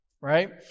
right